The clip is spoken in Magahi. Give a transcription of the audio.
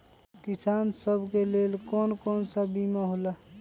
किसान सब के लेल कौन कौन सा बीमा होला?